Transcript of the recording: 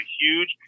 huge